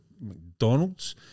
McDonald's